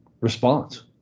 response